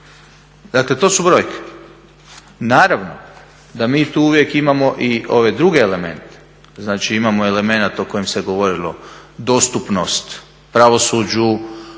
Dakle, to su brojke. Naravno da mi tu uvijek imamo i ove druge elemente. Znači, imamo element o kojem se govorilo, dostupnost pravosuđu,